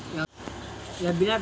पानी मशीन कुंडा किनले अच्छा?